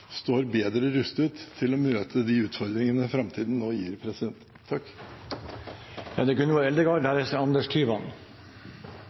står bedre rustet til å møte de utfordringene framtida nå gir.